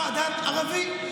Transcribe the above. עכשיו, יבוא אדם ערבי,